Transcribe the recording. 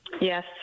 Yes